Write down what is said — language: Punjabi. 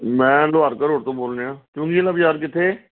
ਮੈਂ ਲੁਹਾਰਕਾ ਰੋਡ ਤੋਂ ਬੋਲ ਰਿਹਾ ਚੁੰਘੀ ਵਾਲਾ ਬਜ਼ਾਰ ਕਿੱਥੇ